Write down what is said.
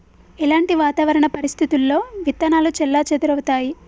ఎలాంటి వాతావరణ పరిస్థితుల్లో విత్తనాలు చెల్లాచెదరవుతయీ?